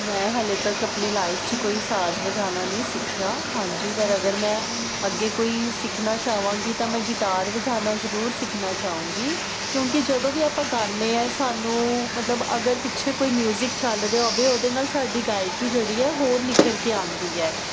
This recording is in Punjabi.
ਮੈਂ ਹਾਲੇ ਤੱਕ ਆਪਣੀ ਲਾਈਫ 'ਚ ਕੋਈ ਸਾਜ ਵਜਾਣਾ ਨਹੀਂ ਸਿੱਖਿਆ ਹਾਂਜੀ ਪਰ ਅਗਰ ਮੈਂ ਅੱਗੇ ਕੋਈ ਸਿਖਣਾ ਚਾਹਵਾਂਗੀ ਤਾਂ ਮੈਂ ਗਿਟਾਰ ਵਜਾਣਾ ਜਰੂਰ ਸਿਖਣਾ ਚਾਹਾਂਗੀ ਕਿਉਂਕਿ ਜਦੋਂ ਵੀ ਆਪਾਂ ਗਾਨੇ ਆ ਸਾਨੂੰ ਮਤਲਬ ਅਗਰ ਪਿੱਛੇ ਕੋਈ ਮਿਊਜਿਕ ਚੱਲ ਰਿਹਾ ਹੋਵੇ ਉਹਦੇ ਨਾਲ ਸਾਡੀ ਗਾਇਕੀ ਜਿਹੜੀ ਹੋਰ ਨਿਖਰ ਕੇ ਆਉਂਦੀ ਹੈ